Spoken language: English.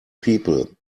people